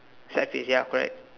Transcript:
sad face ya correct